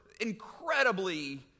incredibly